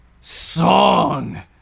song